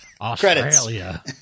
Australia